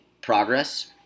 progress